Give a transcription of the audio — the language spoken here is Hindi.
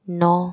नौ